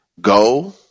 Go